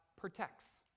protects